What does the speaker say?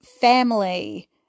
family